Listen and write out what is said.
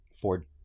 Ford